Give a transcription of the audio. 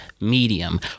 medium